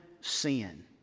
sin